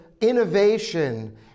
innovation